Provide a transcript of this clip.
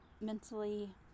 mentally